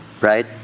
right